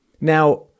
Now